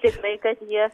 tikrai kad jie